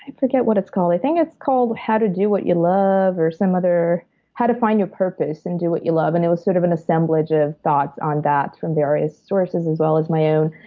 forget what it's called. i think it's called, how to do what you love or some other how to find your purpose and do what you love. and it was sort of an assemblage of thoughts on that from various sources as well as my own.